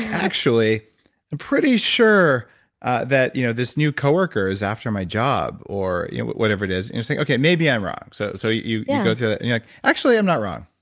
actually i'm pretty sure that you know this new coworker is after my job, or you know whatever it is you're saying, okay, maybe i'm wrong. so so you yeah go through that and you're like actually i'm not wrong.